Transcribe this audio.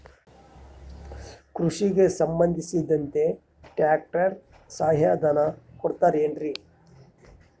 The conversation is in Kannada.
ಕೃಷಿಗೆ ಸಂಬಂಧಿಸಿದಂತೆ ಟ್ರ್ಯಾಕ್ಟರ್ ಸಹಾಯಧನ ಕೊಡುತ್ತಾರೆ ಏನ್ರಿ?